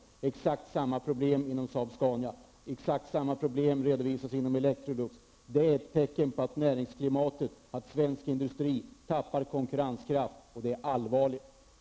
Man har exakt samma problem inom Saab-Scania och inom Electrolux. Det är ett tecken på att svensk industri förlorar konkurrenskraft, och det är allvarligt.